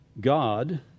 God